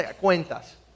cuentas